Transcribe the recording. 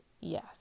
Yes